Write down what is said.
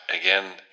again